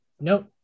no